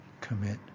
commit